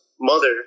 mother